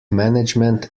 management